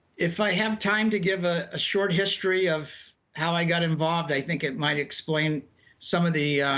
if i have time to give a ah short history of how i got involved, i think it might explain some of the